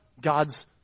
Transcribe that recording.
God's